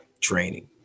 training